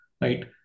right